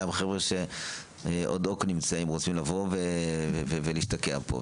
200 חבר'ה שרוצים להגיע ולהשתקע פה,